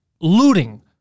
Looting